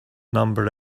number